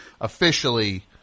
officially